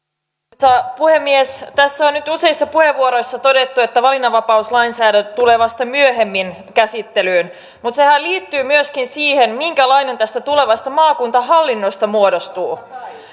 arvoisa puhemies tässä on nyt useissa puheenvuoroissa todettu että valinnanvapauslainsäädäntö tulee vasta myöhemmin käsittelyyn mutta sehän liittyy myöskin siihen minkälainen tästä tulevasta maakuntahallinnosta muodostuu